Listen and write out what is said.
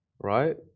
Right